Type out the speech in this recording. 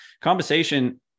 conversation